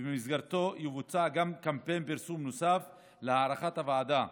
ובמסגרתו יבוצע גם קמפיין פרסום נוסף להערכת הוועדה.